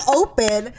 open